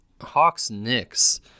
Hawks-Knicks